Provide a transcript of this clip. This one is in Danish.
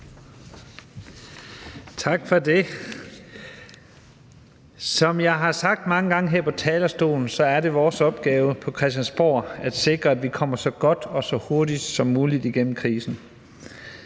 Tak for det. Som jeg har sagt mange gange her på talerstolen, er det vores opgave på Christiansborg at sikre, at vi kommer så godt og så hurtigt som muligt igennem krisen.